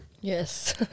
Yes